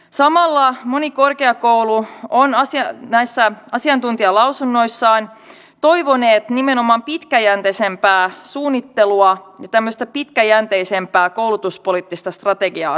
samalla moni korkeakoulu on näissä asiantuntijalausunnoissaan toivonut nimenomaan pitkäjänteisempää suunnittelua ja tämmöistä pitkäjänteisempää koulutuspoliittista strategiaa suomeen